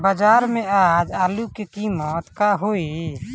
बाजार में आज आलू के कीमत का होई?